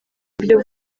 uburyo